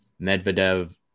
Medvedev